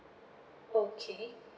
okay